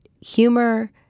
humor –